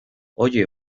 oye